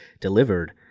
delivered